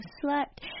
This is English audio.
Slept